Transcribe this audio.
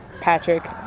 Patrick